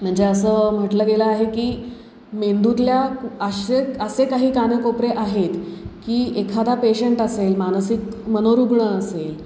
म्हणजे असं म्हटलं गेलं आहे की मेंदूतल्या असे असे काही कानाकोपरे आहेत की एखादा पेशंट असेल मानसिक मनोरुग्ण असेल